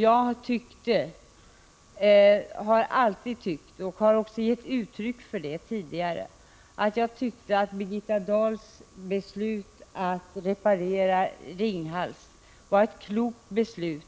Jag tyckte — och jag har också gett uttryck för det tidigare — att Birgitta Dahls beslut att reparera Ringhals var ett klokt beslut